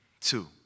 Two